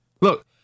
Look